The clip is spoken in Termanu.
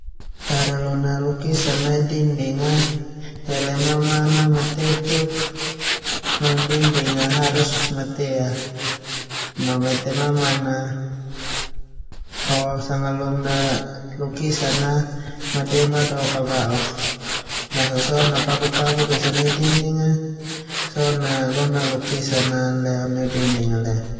Cara lona lukisan nai dingding, hele mamanak matetuk madema do kaba'ok.,basa so na paku pakuk esa nai dinding, basa so na lona lukisan a leo.